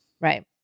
Right